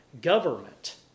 government